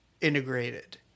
integrated